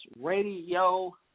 Radio